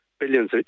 Billions